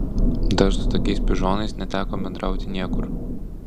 dar su tokiais pižonais neteko bendrauti niekur